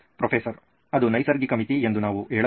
professor ಅದು ನೈಸರ್ಗಿಕ ಮಿತಿ ಎಂದು ನಾವು ಹೇಳಬಹುದು